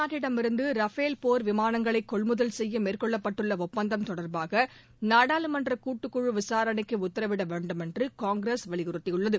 நாட்டடமிருந்தரபேல் விமானங்களைகொள்முதல் பிரான்ஸ் போர் செய்யமேற்கொள்ளப்பட்டுள்ளஒப்பந்தம் தொடர்பாகநாடாளுமன்றகூட்டுக்குழுவிசாரணைக்குஉத்தரவிடவேண்டுமென்றுகாங்கிரஸ் வலியுறுத்தியுள்ளது